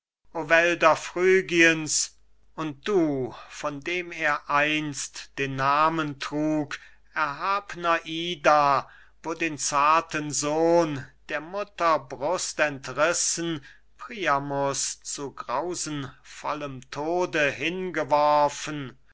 und du von dem er einst den namen trug erhabner ida wo den zarten sohn der mutter brust entrissen priamus zu grausenvollem tode hingeworfen